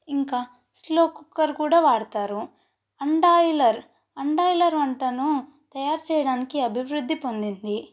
ఇంకా slow cooker కూడా వాడతారు అంబాయిలర్ అంబాయిలర్ వంటను తయారు చేయడానికి అభివృద్ధి పొందింది